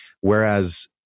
Whereas